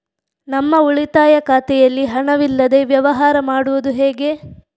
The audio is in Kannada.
ನಮ್ಮ ಉಳಿತಾಯ ಖಾತೆಯಲ್ಲಿ ಹಣವಿಲ್ಲದೇ ವ್ಯವಹಾರ ಮಾಡುವುದು ಹೇಗೆ?